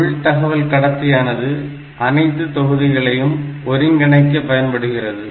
உள்தகவல்கடத்தியானது அனைத்து தொகுதிகளையும் ஒருங்கிணைக்க பயன்படுகிறது